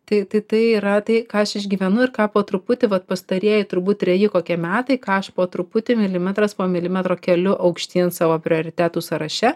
tai tai yra tai ką aš išgyvenu ir ką po truputį vat pastarieji turbūt treji kokie metai ką aš po truputį milimetras po milimetro keliu aukštyn savo prioritetų sąraše